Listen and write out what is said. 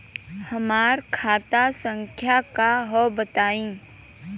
हमार खाता संख्या का हव बताई?